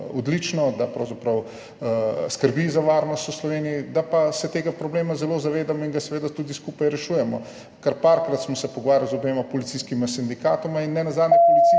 odlično, da pravzaprav skrbi za varnost v Sloveniji, da pa se tega problema zelo zavedamo in ga seveda tudi skupaj rešujemo. Kar parkrat smo se pogovarjali z obema policijskima sindikatoma in nenazadnje se policiji